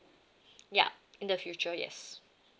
ya in the future yes